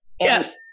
Yes